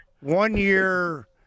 one-year